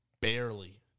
barely